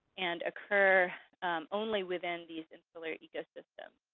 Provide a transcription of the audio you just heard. and occur only within these insular ecosystems.